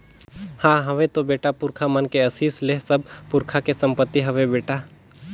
हां हवे तो बेटा, पुरखा मन के असीस ले सब पुरखा के संपति हवे बेटा